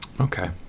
Okay